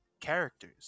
characters